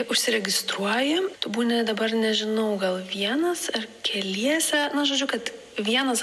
užsiregistruoji tu būni dabar nežinau gal vienas ar keliese žodžiu kad vienas